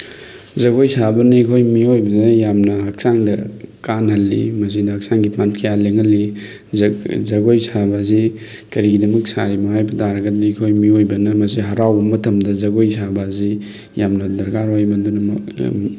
ꯖꯒꯣꯏ ꯁꯥꯕꯅ ꯑꯩꯈꯣꯏ ꯃꯤꯑꯣꯏꯕꯗ ꯌꯥꯝꯅ ꯍꯛꯆꯥꯡꯗ ꯀꯥꯟꯅꯍꯜꯂꯤ ꯃꯁꯤꯗ ꯍꯛꯆꯥꯡꯒꯤ ꯄꯥꯠ ꯀꯌꯥ ꯂꯦꯡꯍꯜꯂꯤ ꯖꯒꯣꯏ ꯁꯥꯕ ꯑꯁꯤ ꯀꯔꯤꯒꯤꯗꯃꯛ ꯁꯥꯔꯤꯕꯅꯣ ꯍꯥꯏꯕ ꯇꯥꯔꯒꯗꯤ ꯑꯩꯈꯣꯏ ꯃꯤꯑꯣꯏꯕꯅ ꯃꯁꯤ ꯍꯔꯥꯎꯕ ꯃꯇꯝꯗ ꯖꯒꯣꯏ ꯁꯥꯕ ꯑꯁꯤ ꯌꯥꯝꯅ ꯗꯔꯀꯥꯔ ꯑꯣꯏ ꯃꯗꯨꯅ